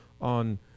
on